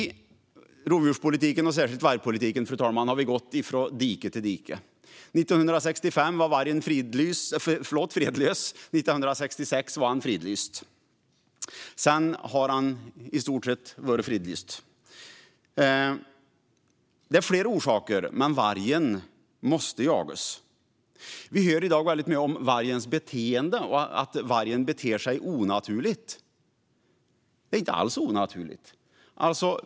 I rovdjurspolitiken och framför allt vargpolitiken har vi gått från dike till dike. 1965 var vargen fredlös. 1966 var den fridlyst. I stort sett ända sedan dess har den varit fridlyst. Av flera orsaker måste vargen jagas. Vi hör i dag mycket om vargens beteende - att dess beteende är onaturligt. Det är inte alls onaturligt.